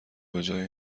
بجای